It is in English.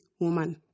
woman